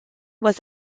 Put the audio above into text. was